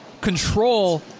control